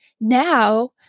Now